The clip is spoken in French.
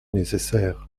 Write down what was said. nécessaire